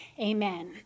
Amen